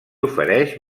ofereix